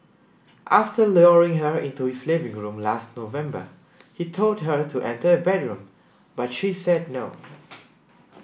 after luring her into his living room last November he told her to enter a bedroom but she said no